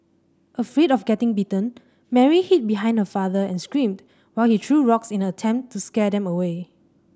afraid of getting bitten Mary hid behind her father and screamed while he threw rocks in an attempt to scare them away